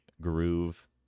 groove